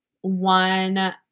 one